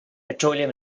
petroleum